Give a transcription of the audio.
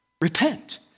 Repent